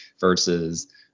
versus